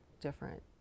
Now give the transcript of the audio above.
different